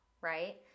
right